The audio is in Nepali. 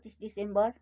पच्चिस डिसेम्बर